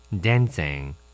dancing